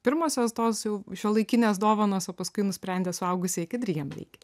pirmosios tos jau šiuolaikinės dovanos o paskui nusprendė suaugusieji kad ir jiem reikia